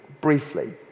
briefly